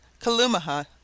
Kalumaha